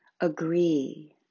agree